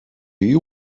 you